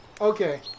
Okay